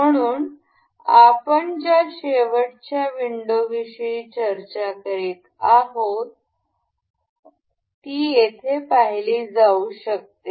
म्हणून आपण ज्या शेवटच्या विंडो विषयी चर्चा करीत होतो ती येथे पाहिली जाऊ शकते